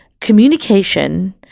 communication